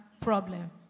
problem